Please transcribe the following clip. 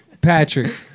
Patrick